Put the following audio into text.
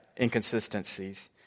inconsistencies